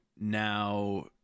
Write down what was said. now